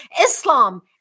islam